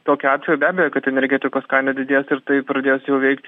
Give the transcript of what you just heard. tokiu atveju be abejo kad energetikos kaina didės ir tai pradės veikti